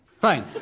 Fine